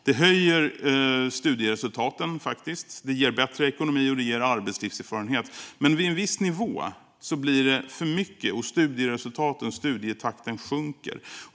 Det höjer faktiskt studieresultaten, det ger bättre ekonomi och det ger arbetslivserfarenhet. Men vid en viss nivå blir det för mycket, och studieresultaten och studietakten sjunker.